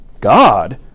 god